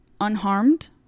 unharmed